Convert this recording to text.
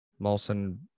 Molson